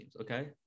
okay